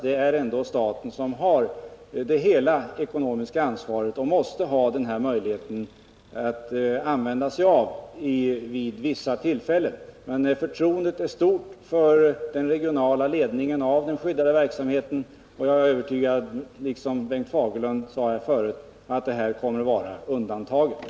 Det är ändå staten som har hela det ekonomiska ansvaret, och då måste också staten ha en möjlighet att ingripa vid vissa tillfällen. Men förtroendet är stort för den regionala ledningen av den skyddade verksamheten, och liksom Bengt Fagerlund är jag övertygad om att anvisningar från den centrala stiftelsen kommer att vara rena undantag.